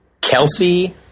Kelsey